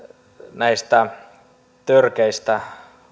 näistä törkeistä